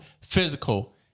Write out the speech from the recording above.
physical